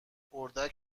اردک